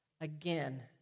again